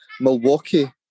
Milwaukee